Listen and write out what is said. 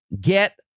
get